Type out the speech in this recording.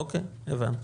אוקי, הבנתי.